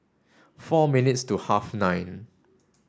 four minutes to half nine